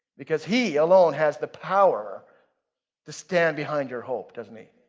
because he alone has the power to stand behind your hope, doesn't he?